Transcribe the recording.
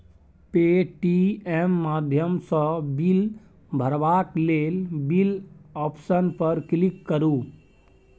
Paytm माध्यमसँ bill भरबाक लेल बिल आप्शन पर क्लिक करु